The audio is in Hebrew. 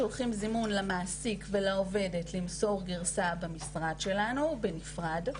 שולחים זימון למעסיק ולעובדת למסור גרסה במשרד שלנו בנפרד,